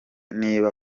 niba